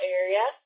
area